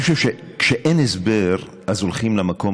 אני חושב שכשאין הסבר אז הולכים למקום